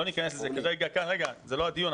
לא ניכנס לזה כרגע כי זה לא הדיון.